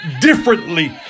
differently